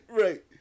Right